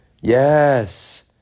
yes